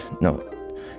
no